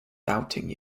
doubting